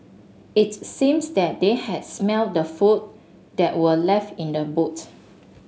it seems that they had smelt the food that were left in the boots